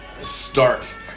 start